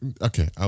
Okay